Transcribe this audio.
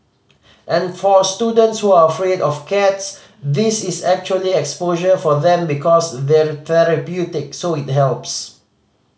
and for students who are afraid of cats this is actually exposure for them because they're therapeutic so it helps